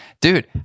Dude